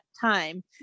time